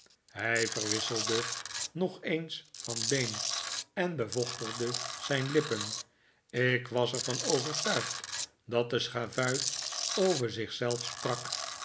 hij verwisselde nog eens van been en bevochtigde zijn lippen ik was er van overtuigd dat de schavuit over zich zelf sprak